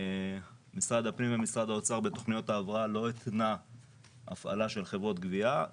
משרד הפנים ומשרד האוצר בתוכניות ההבראה לא התנו הפעלה של חברות גבייה.